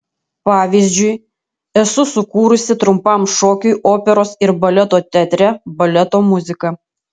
pavyzdžiui esu sukūrusi trumpam šokiui operos ir baleto teatre baleto muziką